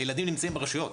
הילדים נמצאים ברשויות